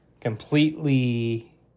completely